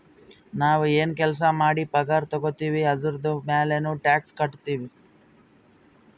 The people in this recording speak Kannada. ನಾವ್ ಎನ್ ಕೆಲ್ಸಾ ಮಾಡಿ ಪಗಾರ ತಗೋತಿವ್ ಅದುರ್ದು ಮ್ಯಾಲನೂ ಟ್ಯಾಕ್ಸ್ ಕಟ್ಟತ್ತಿವ್